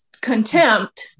contempt